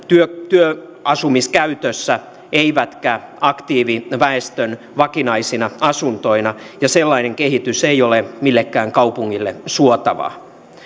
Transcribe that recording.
työasumiskäytössä eivätkä aktiiviväestön vakinaisina asuntoina ja sellainen kehitys ei ole millekään kaupungille suotavaa